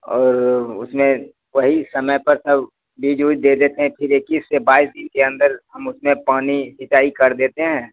और उसमें वही समय पर सब बीज ओज दे देते हैं फिर इक्कीस से बाईस दिन के अंदर हम उसमें पानी सिंचाई कर देते हैं